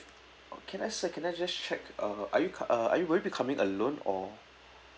can I sir can I just check uh are you uh are you will you be coming alone or